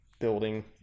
building